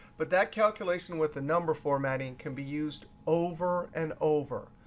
but that calculation with the number formatting can be used over and over.